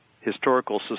Historical